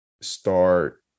start